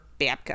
babka